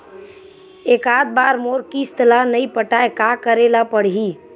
एकात बार मोर किस्त ला नई पटाय का करे ला पड़ही?